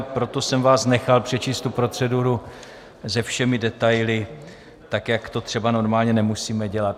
Proto jsem vás nechal přečíst tu proceduru se všemi detaily, jak to třeba normálně nemusíme dělat.